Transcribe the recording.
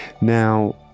Now